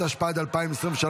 התשפ"ד 2023,